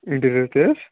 interior تہِ حظ